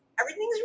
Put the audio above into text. Everything's